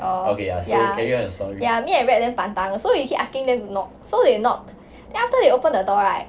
orh ya ya me and rab damn pantang so we keep asking them to knock so they knocked then after they open the door right